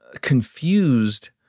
confused